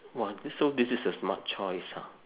!wah! this so this is a smart choice ah